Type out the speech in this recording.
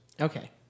Okay